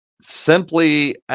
simply